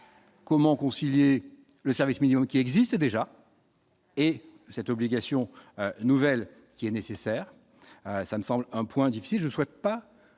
comment concilier le service minimum qui existe déjà et cette obligation nouvelle qui est nécessaire, ça me semble un point difficile, je ne souhaite pas